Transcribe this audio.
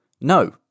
No